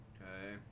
Okay